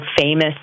famous